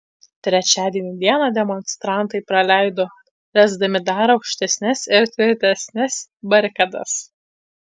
trečiadienį dieną demonstrantai praleido ręsdami dar aukštesnes ir tvirtesnes barikadas